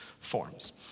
forms